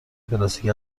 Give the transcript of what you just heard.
پلاستیکی